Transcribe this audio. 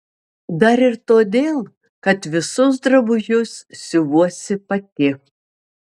dar ir todėl kad visus drabužius siuvuosi pati